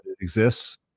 exists